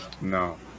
no